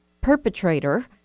perpetrator